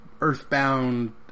earthbound